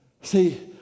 See